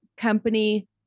company